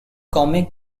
comic